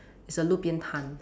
it's a 路边摊